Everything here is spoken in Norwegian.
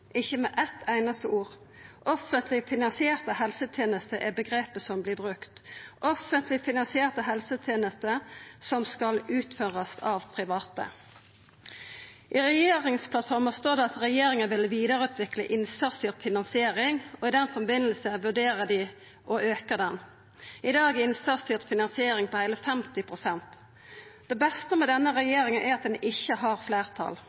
ikkje nemnde med eitt einaste ord. Offentleg finansierte helsetenester er omgrepet som vert brukt, offentleg finansierte helsetenester som skal utførast av private. I regjeringsplattforma står det at regjeringa vil vidareutvikla innsatsstyrt finansiering, og at dei i samband med det vurderer å auka denne finansieringa. I dag er den innsatsstyrte finansieringa på heile 50 pst. Det beste med denne regjeringa er at ho ikkje har fleirtal.